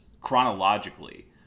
chronologically